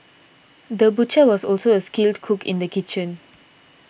the butcher was also a skilled cook in the kitchen